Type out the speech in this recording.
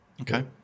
Okay